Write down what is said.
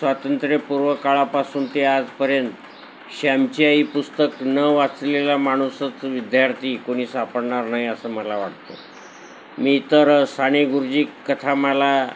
स्वातंत्र्यपूर्वकाळापासून ते आजपर्यंत श्यामची पुस्तक न वाचलेला माणूसच विद्यार्थीच कुणी सापडणार नाही असं मला वाटतं मी तर साने गुरूजी कथामाला